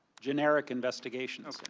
generic investigation